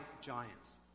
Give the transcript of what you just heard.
giants